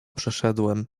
przeszedłem